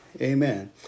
Amen